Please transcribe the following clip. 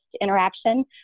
interaction